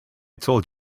told